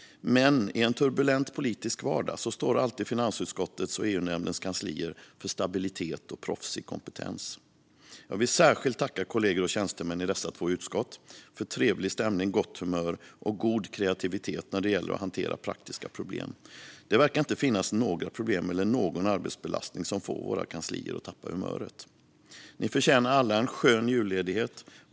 Men i en turbulent politisk vardag står alltid finansutskottets och EU-nämndens kanslier för stabilitet och proffsig kompetens. Jag vill särskilt tacka kollegor och tjänstemän i finansutskottet och EU-nämnden för trevlig stämning, gott humör och god kreativitet när det gäller att hantera praktiska problem. Det verkar inte finnas några problem eller någon arbetsbelastning som får våra kanslier att tappa humöret. Ni förtjänar alla en skön julledighet.